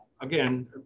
Again